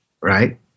Right